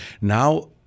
Now